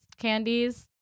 candies